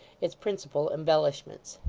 its principal embellishments.